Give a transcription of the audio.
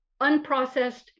unprocessed